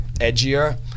edgier